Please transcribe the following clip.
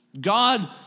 God